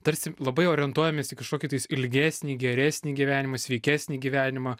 tarsi labai orientuojamės į kažkokį tais ilgesnį geresnį gyvenimą sveikesnį gyvenimą